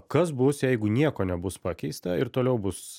kas bus jeigu nieko nebus pakeista ir toliau bus